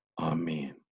Amen